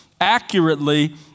accurately